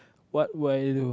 what would I do